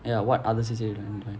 ya what other C_C_A you want to join